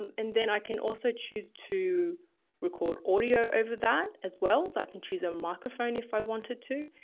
um and then i can also choose to record audio over that as well as i can choose a microphone if i wanted to.